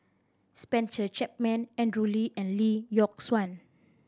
Spencer Chapman Andrew Lee and Lee Yock Suan